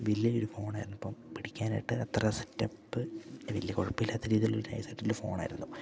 വല്യൊരു ഫോണായിരുന്നു ഇപ്പം പിടിക്കാനായിട്ട് അത്ര സെറ്റപ്പ് വല്യ കൊഴപ്പില്ലാത്ത രീതിയില ഒരു നൈസട്ടിൻ്റെ ഫോണായിരുന്നു